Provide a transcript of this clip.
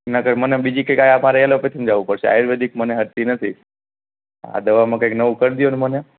નકર મને બીજી કંઈક આ મારે એલોપેથિકમાં જવું પડશે આયુર્વેદિક મને સદતી નથી આ દવામાં કંઈક નવું કરી દો ને મને